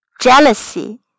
jealousy